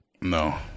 no